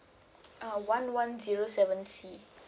uh one one zero seven C